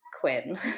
Quinn